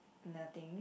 nothing